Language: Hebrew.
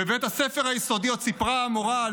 בבית הספר היסודי עוד סיפרה המורה על